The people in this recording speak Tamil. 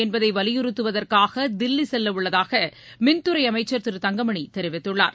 என்பதைவலியுறுத்துவதற்காகதில்லிசெல்லஉள்ளதாகமின்துறைஅமைச்சா் திரு தங்கமணிதெரிவித்துள்ளார்